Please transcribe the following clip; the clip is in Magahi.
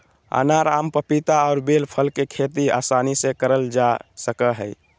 अनार, आम, पपीता और बेल फल के खेती आसानी से कइल जा सकय हइ